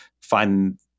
find